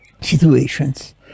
situations